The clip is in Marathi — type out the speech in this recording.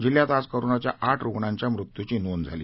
जिल्ह्यात आज करोनाच्या आठ रुग्णांच्या मृत्यूपी नोंद झाली